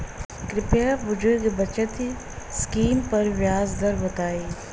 कृपया बुजुर्ग बचत स्किम पर ब्याज दर बताई